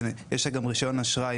שיש לה גם רישיון אשראי,